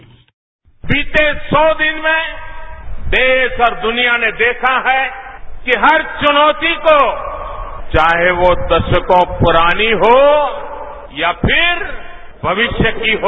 bite बीते सौ दिन में देश और दुनिया ने देखा है कि हर चुनौती को चाहे वो दशकों पुरानी हो या फिर भविष्य की हो